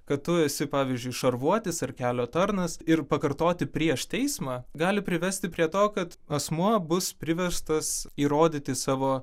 kad tu esi pavyzdžiui šarvuotis ar kelio tarnas ir pakartoti prieš teismą gali privesti prie to kad asmuo bus priverstas įrodyti savo